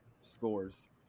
scores